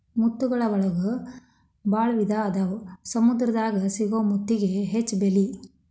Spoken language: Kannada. ಮುತ್ತುಗಳ ಒಳಗು ಭಾಳ ವಿಧಾ ಅದಾವ ಸಮುದ್ರ ದಾಗ ಸಿಗು ಮುತ್ತಿಗೆ ಹೆಚ್ಚ ಬೆಲಿ